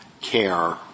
care